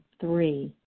three